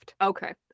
okay